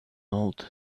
old